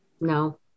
No